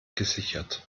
gesichert